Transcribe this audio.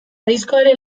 diskoaren